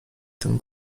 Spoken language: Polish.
tym